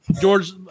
George